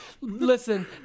Listen